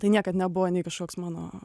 tai niekad nebuvo nei kažkoks mano